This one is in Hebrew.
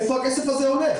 לאיפה הכסף הזה הולך?